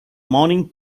morning